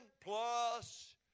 plus